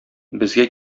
безгә